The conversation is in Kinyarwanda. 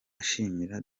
ashimira